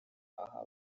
aha